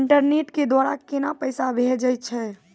Internet के द्वारा केना पैसा भेजय छै?